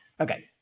Okay